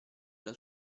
alla